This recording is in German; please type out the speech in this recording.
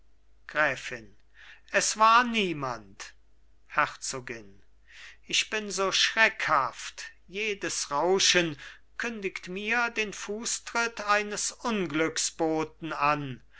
gräfin es war niemand herzogin ich bin so schreckhaft jedes rauschen kündigt mir den fußtritt eines unglücksboten an